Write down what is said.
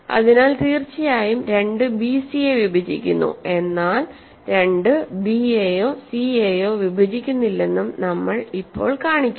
അതിനാൽ തീർച്ചയായും 2 ബിസിയെ വിഭജിക്കുന്നു എന്നാൽ 2 ബി യെയോ സി യെയോ വിഭജിക്കുന്നില്ലെന്നും നമ്മൾ ഇപ്പോൾ കാണിക്കും